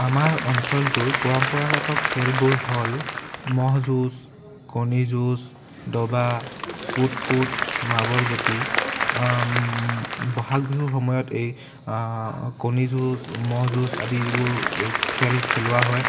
আমাৰ অঞ্চলটোৰ পৰম্পৰাগত খেলবোৰ হ'ল ম'হ যুঁজ কণী যুঁজ দবা কুট কুট মাৰ্বল গুটি বহাগ বিহুৰ সময়ত এই কণী যুঁজ ম'হ যুঁজ আদি এইবোৰ খেল খেলোৱা হয়